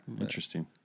interesting